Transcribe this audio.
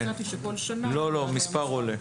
מספר עולה.